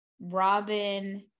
Robin-